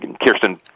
Kirsten